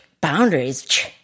boundaries